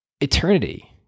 eternity